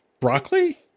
Broccoli